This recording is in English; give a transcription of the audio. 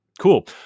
Cool